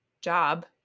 job